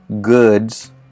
goods